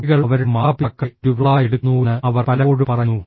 കുട്ടികൾ അവരുടെ മാതാപിതാക്കളെ ഒരു റോളായി എടുക്കുന്നുവെന്ന് അവർ പലപ്പോഴും പറയുന്നു